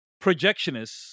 projectionists